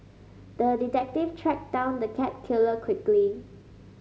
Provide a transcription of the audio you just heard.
the detective tracked down the cat killer quickly